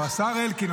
או השר אלקין,